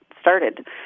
started